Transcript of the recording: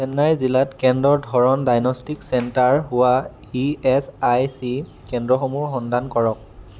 চেন্নাই জিলাত কেন্দ্ৰৰ ধৰণ ডায়েগ'ন'ষ্টিক চেণ্টাৰ হোৱা ই এচ আই চি কেন্দ্ৰসমূহৰ সন্ধান কৰক